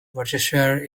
worcestershire